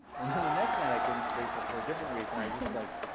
and then the next night i couldn't sleep, but for a different reason. i was like,